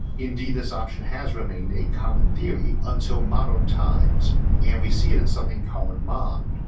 indeed this option has remained a common theory until modern times and we see it in something called mond,